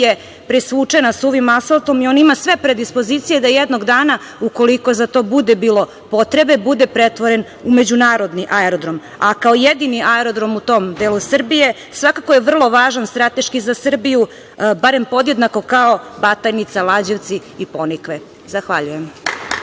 je presvučena suvim asfaltom i on ima sve predispozicije da jednog dana ukoliko za to bude bilo potrebe, bude pretvoren u međunarodni aerodrom, a kao jedini aerodrom u tom delu Srbije svakako je vrlo važan strateški za Srbiju, barem podjednako kao Batajnica, Lađevci i Ponikve. Hvala.